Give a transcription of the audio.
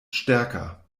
stärker